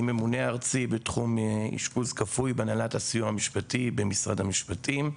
אני ממונה ארצי בתחום אשפוז כפוי בהנהלת הסיוע המשפטי במשרד המשפטים.